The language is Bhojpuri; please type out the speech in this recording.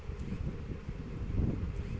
अधिक बारिश से टमाटर के फसल के कइसे बचावल जाई?